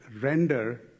render